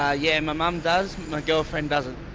ah yeah my mum does, my girlfriend doesn't.